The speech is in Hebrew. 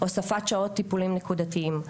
הוספת שעות טיפולים נקודתיים,